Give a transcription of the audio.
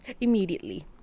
immediately